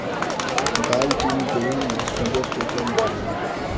दालचीनी देहि में शुगर के कम करेला